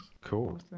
Cool